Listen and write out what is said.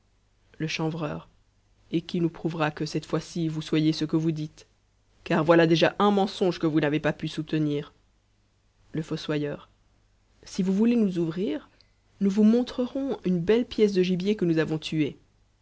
le chanvreur et qui nous prouvera que cette fois-ci vous soyez ce que vous dites car voilà déjà un mensonge que vous n'avez pas pu soutenir le fossoyeur si vous voulez nous ouvrir nous vous montrerons une belle pièce de gibier que nous avons tuée